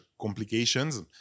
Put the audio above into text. complications